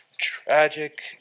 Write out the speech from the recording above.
tragic